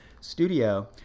Studio